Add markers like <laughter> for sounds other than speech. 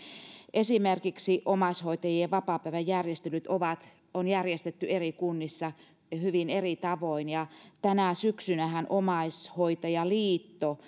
esimerkiksi omaishoitajien vapaapäiväjärjestelyt on järjestetty eri kunnissa hyvin eri tavoin ja tänä syksynähän omaishoitajaliitto <unintelligible>